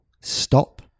stop